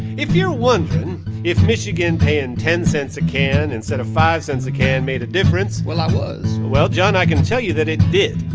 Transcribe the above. if you're wondering if michigan paying ten cents a can instead of five cents a can made a difference. well, i was well, john, i can tell you that it did.